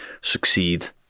succeed